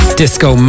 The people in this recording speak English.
disco